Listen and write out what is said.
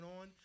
on